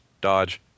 dodge